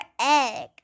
egg